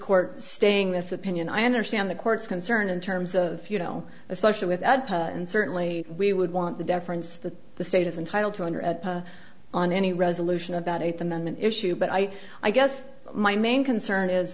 court staying this opinion i understand the court's concern in terms of you know especially with and certainly we would want the deference that the state is entitled to under on any resolution of that eighth amendment issue but i i guess my main concern is